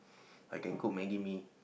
I can cook maggi-mee